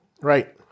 Right